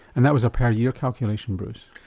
and that was a per year calculation bruce?